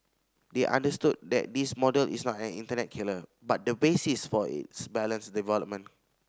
they understood that this model is not an internet killer but the basis for its balanced development